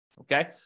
okay